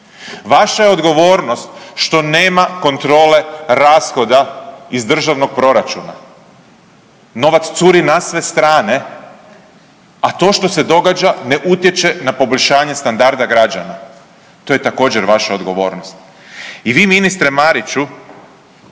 Vaša je odgovornost što nema kontrole rashoda iz državnog proračuna, novac curi na sve strane, a to što se događa ne utječe na poboljšanje standarda građana, to je također vaša odgovornost. I vi ministre Mariću